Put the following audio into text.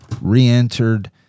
re-entered